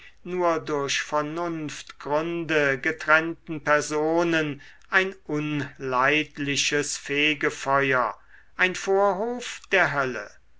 nur durch vernunftgründe getrennten personen ein unleidliches fegefeuer ein vorhof der hölle